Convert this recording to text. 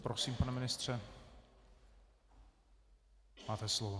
Prosím, pane ministře, máte slovo.